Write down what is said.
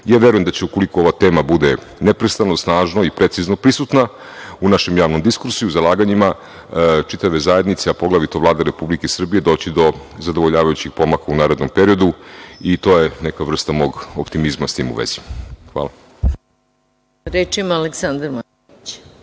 vrednosti. Verujem da će, ukoliko ova tema bude neprestano, snažno i precizno prisutna u našem javnom diskursu, zalaganjima čitave zajednice, a poglavito Vlade Republike Srbije doći do zadovoljavajućih pomaka u narednom periodu. To je neka vrsta mog optimizma, s tim u vezi. Hvala. **Maja Gojković**